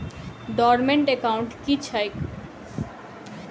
Dormant account की छैक?